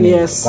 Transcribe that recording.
Yes